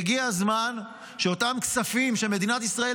והגיע הזמן שאותם כספים שמדינת ישראל